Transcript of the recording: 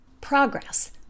Progress